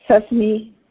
sesame